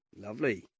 lovely